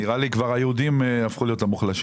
נראה לי שהיהודים הפכו להיות המוחלשים.